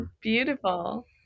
Beautiful